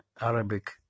Arabic